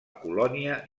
colònia